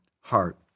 heart